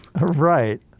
Right